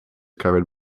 covered